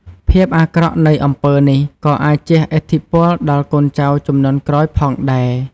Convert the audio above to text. ភាពអាក្រក់នៃអំពើនេះក៏អាចជះឥទ្ធិពលដល់កូនចៅជំនាន់ក្រោយផងដែរ។